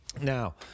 now